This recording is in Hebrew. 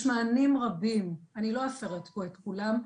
יש מענים רבים ואני לא אפרט פה את כולם.